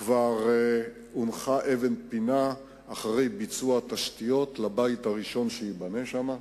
כבר הונחה שם אבן פינה אחרי ביצוע תשתיות לבית הראשון שייבנה שם.